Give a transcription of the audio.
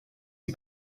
die